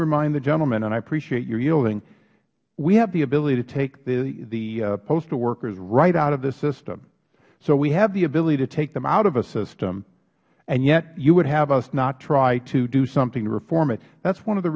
remind the gentleman and i appreciate you yielding we have the ability to take the postal workers right out of the system so we have the ability to take them out of a system and yet you would have us not try to do something to reform it that is one of the